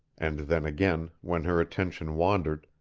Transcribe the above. and then again, when her attention wandered,